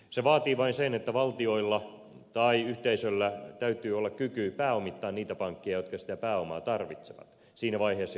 se vaatii vain sen että valtioilla tai yhteisöllä täytyy olla kyky pääomittaa niitä pankkeja jotka sitä pääomaa tarvitsevat siinä vaiheessa kun ongelmia on